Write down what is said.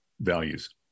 values